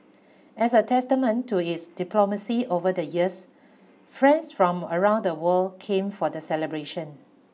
as a testament to its diplomacy over the years friends from around the world came for the celebration